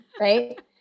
right